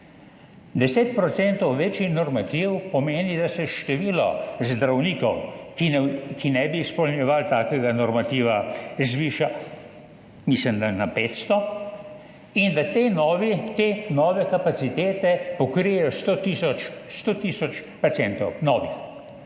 10 % večji normativ pomeni, da se število zdravnikov, ki ne bi izpolnjevali takega normativa zviša, mislim, da na 500, in da te nove kapacitete pokrijejo 100 tisoč novih